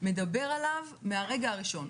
מדבר עליו מהרגע הראשון.